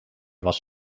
was